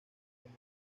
como